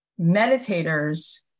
meditators